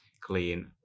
clean